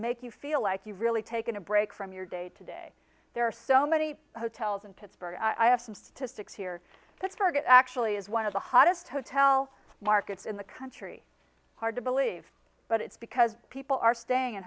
make you feel like you really taken a break from your day to day there are so many hotels and pittsburgh i have some statistics here that started actually as one of the hottest hotel markets in the country hard to believe but it's because people are staying in